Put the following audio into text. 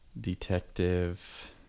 detective